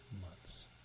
months